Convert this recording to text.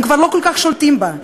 הם כבר לא כל כך שולטים בה,